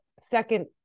second